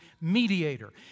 mediator